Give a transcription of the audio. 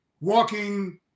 walking